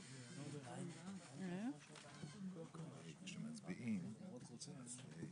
בשעה 10:35.) אנחנו חוזרים לישיבה.